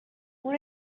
اون